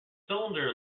cylinder